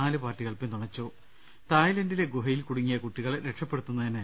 നാലുപാർട്ടി കൾ പിന്തുണച്ചു തായ്ലാന്റിലെ ഗുഹയിൽ കുടുങ്ങിയ കുട്ടികളെ രക്ഷപ്പെടുത്തുന്നതിന്